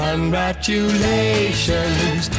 Congratulations